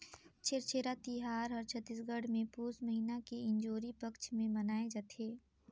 छेरछेरा तिहार हर छत्तीसगढ़ मे पुस महिना के इंजोरी पक्छ मे मनाए जथे